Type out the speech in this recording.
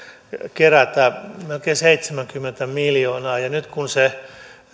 kerätä melkein seitsemänkymmentä miljoonaa ja ja nyt se